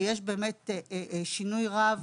ויש באמת שינוי רב.